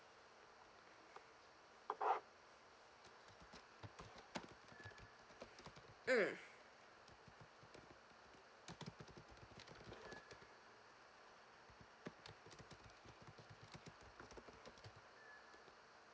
mm